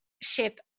ship